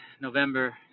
November